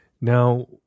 Now